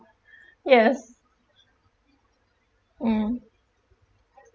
yes mm